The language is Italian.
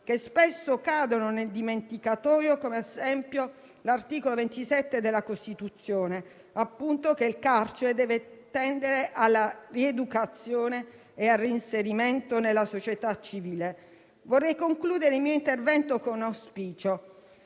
che spesso cadono nel dimenticatoio, come ad esempio l'articolo 27 della Costituzione secondo il quale il carcere deve tendere alla rieducazione e al reinserimento nella società civile. Vorrei concludere il mio intervento con un auspicio: